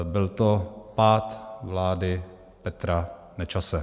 Byl to pád vlády Petra Nečase.